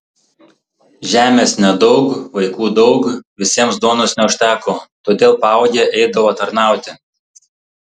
žemės nedaug vaikų daug visiems duonos neužteko todėl paaugę eidavo tarnauti